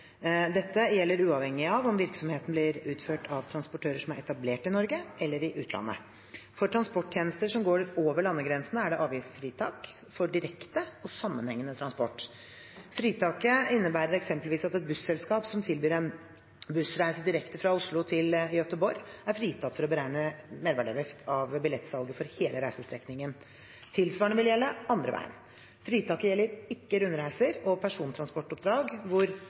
Dette gjelder uavhengig av om virksomheten blir utført av transportører som er etablert i Norge eller i utlandet. For transporttjenester som går over landegrensene, er det avgiftsfritak for direkte og sammenhengende transport. Fritaket innebærer eksempelvis at et busselskap som tilbyr en bussreise direkte fra Oslo til Göteborg, er fritatt fra å beregne merverdiavgift av billettsalget for hele reisestrekningen. Tilsvarende vil gjelde den andre veien. Fritaket gjelder ikke rundreiser og persontransportoppdrag hvor